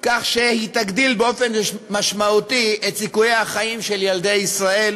כך שהיא תגדיל באופן משמעותי את סיכויי החיים של ילדי ישראל,